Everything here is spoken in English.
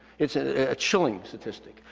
it's a chilling statistic,